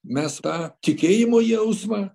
mes tą tikėjimo jausmą